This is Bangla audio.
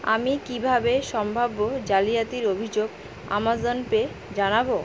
আমি কীভাবে সম্ভাব্য জালিয়াতির অভিযোগ আমাজন পে জানাবো